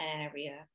area